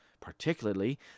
particularly